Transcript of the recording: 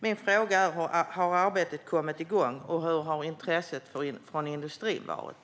Min fråga är: Har arbetet kommit igång, och hur har intresset från industrin varit?